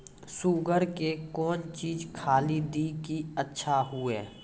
Sugar के कौन चीज खाली दी कि अच्छा हुए?